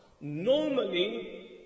Normally